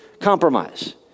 compromise